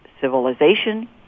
civilization